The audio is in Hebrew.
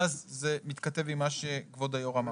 ואז זה מתכתב עם מה שכבוד היו"ר אמר.